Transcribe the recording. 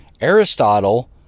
Aristotle